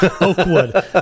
Oakwood